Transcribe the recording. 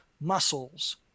muscles